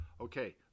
Okay